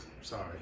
sorry